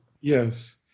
Yes